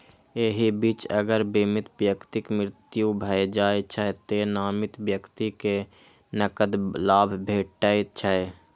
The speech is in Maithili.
एहि बीच अगर बीमित व्यक्तिक मृत्यु भए जाइ छै, तें नामित व्यक्ति कें नकद लाभ भेटै छै